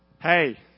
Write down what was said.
Hey